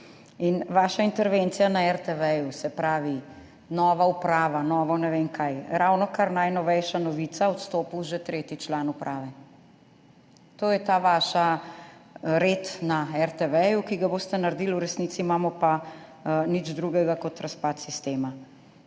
Vaša intervencija na RTV, se pravi nova uprava, novo ne vem kaj, ravnokar najnovejša novica, odstopil je že tretji član uprave. To je ta vaš red na RTV, ki ga boste naredili, v resnici imamo pa nič drugega kot razpad sistema.